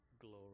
glory